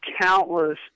countless